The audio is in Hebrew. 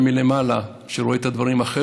עכשיו, מלמעלה, כשאני רואה את הדברים אחרת,